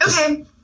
Okay